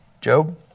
Job